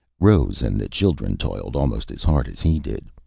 rose and the children toiled almost as hard as he did.